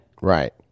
Right